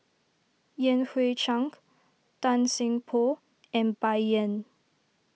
Yan Hui Chang Tan Seng Poh and Bai Yan